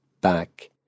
back